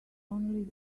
only